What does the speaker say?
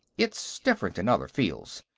it's different in other fields.